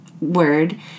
word